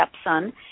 stepson